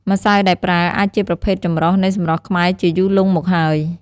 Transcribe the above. ម្សៅដែលប្រើអាចជាប្រភេទចម្រុះនៃសម្រស់ខ្មែរជាយូរលុងមកហើយ។